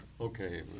Okay